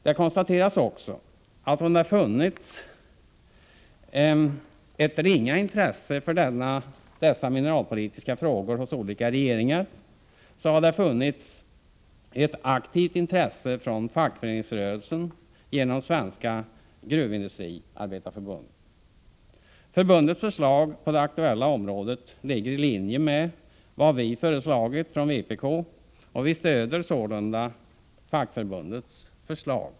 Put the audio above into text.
Det konstateras också, att om det funnits ett ringa intresse för dessa mineralpolitiska frågor hos olika regeringar så har det funnits ett aktivt intresse från fackföreningsrörelsen genom Svenska gruvindustriarbetareförbundet. Förbundets förslag på det aktuella området ligger i linje med vad vi föreslagit från vpk, och vi stöder sålunda fackförbundets förslag.